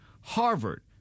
Harvard